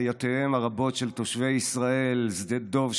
היא לא בעיותיהם הרבות של תושבי ישראל: שדה דב,